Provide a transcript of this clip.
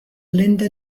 linda